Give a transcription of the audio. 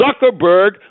Zuckerberg